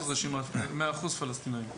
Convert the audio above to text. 100% פלסטינאים.